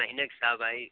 महीने के हिसाब आइ